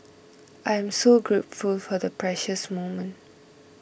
I am so grateful for the precious moment